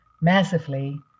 massively